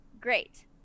Great